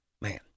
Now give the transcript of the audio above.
man